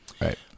Right